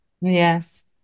Yes